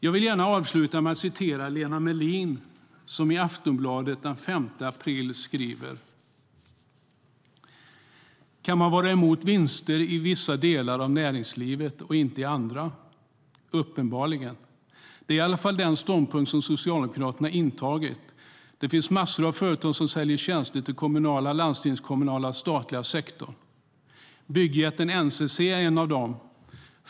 Jag vill gärna avsluta med att citera Lena Mellin som i Aftonbladet den 5 april skriver: "Men kan man vara emot vinster i vissa delar av näringslivet och inte i andra? Uppenbarligen. Det är i alla fall den ståndpunkt som Socialdemokraterna intagit. Det finns massor av företag som säljer tjänster till den kommunala, landstingskommunala och statliga sektorn. Byggjätten NCC är ett av dem.